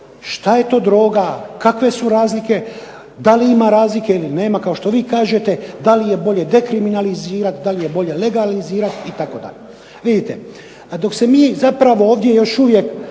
što je to droga, kakve su razlike, da li ima razlike ili nema kao što vi kažete, da li je bolje dekriminalizirati, da li je bolje legalizirati itd. Vidite, dok se mi zapravo ovdje još uvijek